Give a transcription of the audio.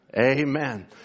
Amen